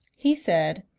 he said